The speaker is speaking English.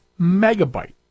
megabyte